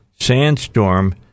sandstorm